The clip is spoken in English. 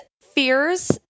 fears